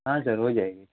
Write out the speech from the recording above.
हाँ सर हो जाएगी